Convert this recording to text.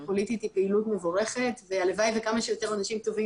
פוליטית היא פעילות מבורכת והלוואי שכמה שיותר אנשים טובים